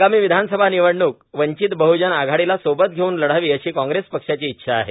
आगामी विधानसभा निवडणूक वंचित बहजन आघाडीला सोबत घेऊन लढावी अशी कॉग्रेस पक्षाची इच्छा आहे